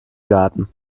garten